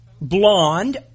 blonde